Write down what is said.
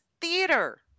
theater